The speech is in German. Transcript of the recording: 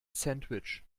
sandwich